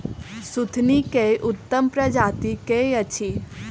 सुथनी केँ उत्तम प्रजाति केँ अछि?